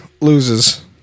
loses